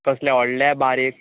कसले व्हडले बारीक